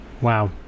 wow